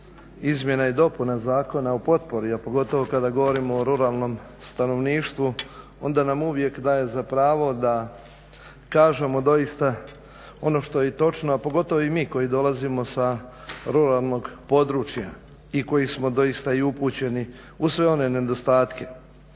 izmjena i dopuna Zakona o potpori, a pogotovo kada govorimo o ruralnom stanovništvu onda nam uvijek daje za pravo da kažemo doista ono što je i točno, a pogotovo mi koji dolazimo sa ruralnog područja i koji smo doista i upućeni u sve one nedostatke.